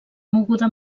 moguda